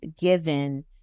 given